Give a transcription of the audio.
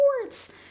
Sports